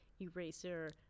eraser